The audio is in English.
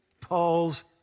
Paul's